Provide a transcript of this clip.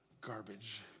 garbage